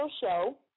Show